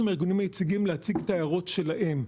מהארגונים היציגים להציג את ההערות שלהם.